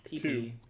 two